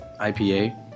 IPA